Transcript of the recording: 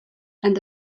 and